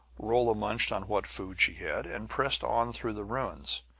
rolla munched on what food she had, and pressed on through the ruins.